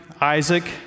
Isaac